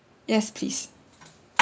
yes please